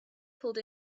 pulled